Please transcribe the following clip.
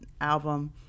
album